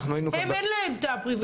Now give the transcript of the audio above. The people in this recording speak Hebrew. להם אין את הפריבילגיה הזו.